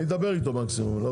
אני אדבר עם היושב-ראש.